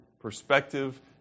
perspective